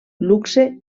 luxe